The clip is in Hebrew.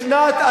בשנת,